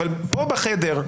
אבל פה בחדר,